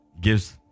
gives